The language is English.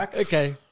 Okay